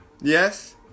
Yes